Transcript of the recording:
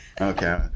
Okay